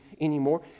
anymore